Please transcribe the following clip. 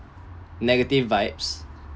negative vibes